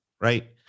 Right